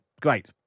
Great